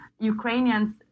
Ukrainians